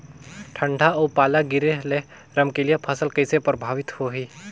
ठंडा अउ पाला गिरे ले रमकलिया फसल कइसे प्रभावित होही?